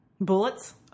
Bullets